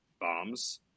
bombs